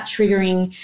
triggering